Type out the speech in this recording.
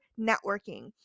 networking